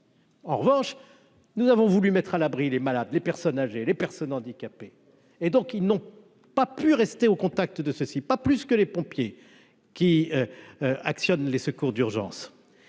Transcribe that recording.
En revanche, nous avons voulu mettre à l'abri les malades, les personnes âgées, les personnes handicapées et donc ils n'ont pas pu rester au contact de ceux-ci, pas plus que les pompiers qui actionnent les secours d'urgence,